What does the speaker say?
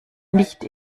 nicht